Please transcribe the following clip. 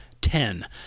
ten